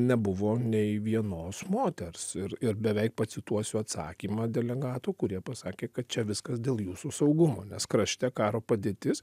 nebuvo nei vienos moters ir ir beveik pacituosiu atsakymą delegatų kurie pasakė kad čia viskas dėl jūsų saugumo nes krašte karo padėtis